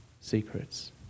secrets